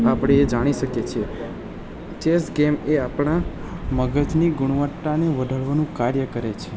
આપણે એ જાણી શકીએ છીએ ચેસ ગેમ એ આપણા મગજની ગુણવત્તાને વધારવાનું કાર્ય કરે છે